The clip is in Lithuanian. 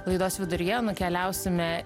laidos viduryje nukeliausime